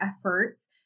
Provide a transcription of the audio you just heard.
efforts